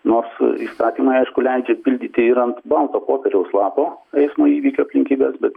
nors įstatymai aišku leidžia pildyti ir ant balto popieriaus lapo eismo įvykio aplinkybes bet